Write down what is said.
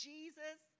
Jesus